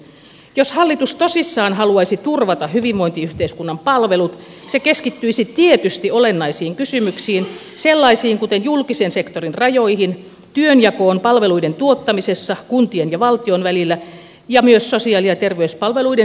jos hallitus tosissaan haluaisi turvata hyvinvointiyhteiskunnan palvelut se keskittyisi tietysti olennaisiin kysymyksiin sellaisiin kuten julkisen sektorin rajoihin työnjakoon kuntien ja valtion välillä palveluiden tuottamisessa ja myös sosiaali ja terveyspalveluiden sisältöihin